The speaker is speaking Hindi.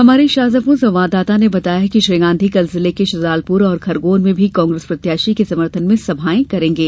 हमारे शाजापुर संवाददाता ने बताया है कि श्री गांधी कल जिले के शुजालपुर और खरगोन में भी कांग्रेस प्रत्याशी के समर्थन में सभायें करेंगे